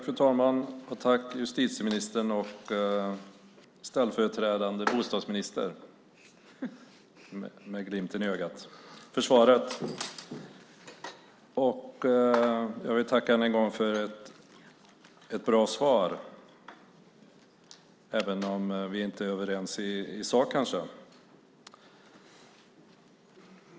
Fru talman! Jag tackar justitieministern och ställföreträdande bostadsministern - detta sagt med glimten i ögat - för ett bra svar även om vi kanske inte är överens i sak.